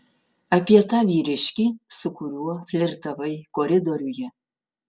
apie tą vyriškį su kuriuo flirtavai koridoriuje